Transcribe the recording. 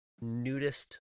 nudist